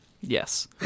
Yes